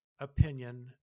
opinion